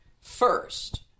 first